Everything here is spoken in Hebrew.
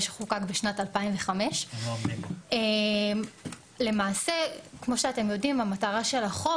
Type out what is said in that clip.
שחוקק בשנת 2005. למעשה כמו שאתם יודעים המטרה של החוק